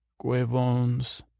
Cuevones